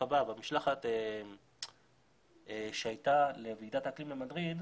במשלחת שהייתה לוועידת האקלים למדריד,